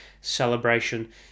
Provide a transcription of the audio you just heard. celebration